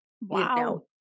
Wow